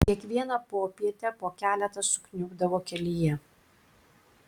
kiekvieną popietę po keletą sukniubdavo kelyje